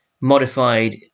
modified